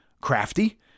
crafty